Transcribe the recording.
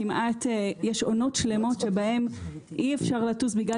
יש עונות שלמות בהן אי אפשר לטוס בגלל